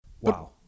Wow